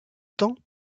temps